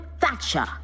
Thatcher